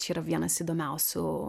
čia yra vienas įdomiausių